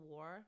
War